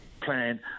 plan